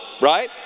right